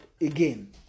again